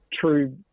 true